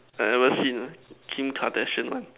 I remember sing Kim-Kardashian one